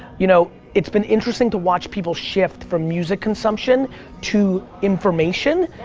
you know, it's been interesting to watch people shift from music consumption to information.